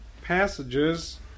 passages